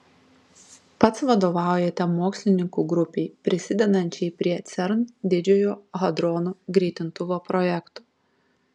pats vadovaujate mokslininkų grupei prisidedančiai prie cern didžiojo hadronų greitintuvo projekto